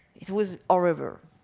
it was horrible.